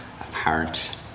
apparent